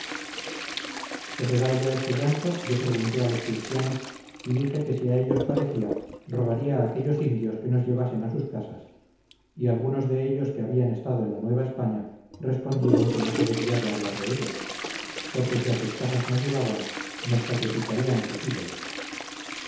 sosegado ya este llanto yo pregunté a los cristianos y dije que si a ellos parecía rogaría a aquellos indios que nos llevasen a sus casas y algunos de ellos que habían estado en la nueva españa respondieron que no se debía de hablar de ello porque si a sus casas nos llevaban nos sacrificarían a sus ídolos